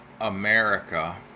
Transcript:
America